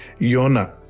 Yona